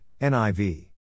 NIV